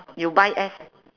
you buy S